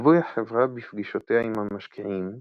ליווי החברה בפגישותיה עם המשקיעים,